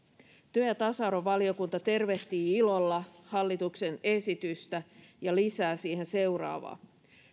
työ ja tasa arvovaliokunta tervehtii ilolla hallituksen esitystä ja lisää siihen seuraavaa